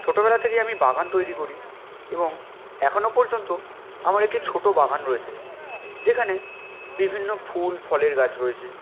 ছোটোবেলা থেকেই আমি বাগান তৈরি করি এবং এখনও পর্যন্ত আমার একটি ছোটো বাগান রয়েছে যেখানে বিভিন্ন ফুল ফলের গাছ রয়েছে